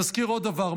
נזכיר עוד דבר.